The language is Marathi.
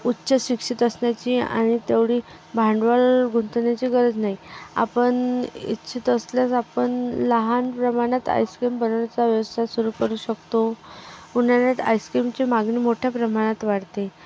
उच्चशिक्षित असण्याची आणि तेवढी भांडवल गुंतवण्याची गरज नाही आपण इच्छित असल्यास आपण लहान प्रमाणात आईस्क्रीम बनवण्याचा व्यवसाय सुरु करू शकतो उन्हाळयात आईस्क्रीमची मागणी मोठ्या प्रमाणात वाढते